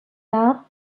arts